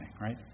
right